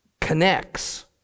connects